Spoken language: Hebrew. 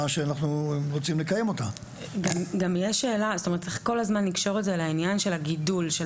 אנחנו נשמח לכל הפחות להעביר קריטריונים, גברתי.